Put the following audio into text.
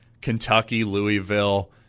Kentucky-Louisville